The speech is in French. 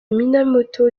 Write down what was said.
minamoto